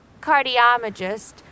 cardiologist